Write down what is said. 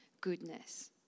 goodness